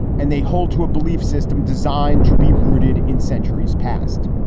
and they hold to a belief system designed to be rooted in centuries past.